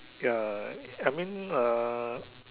ya I mean uh